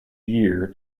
year